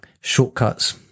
shortcuts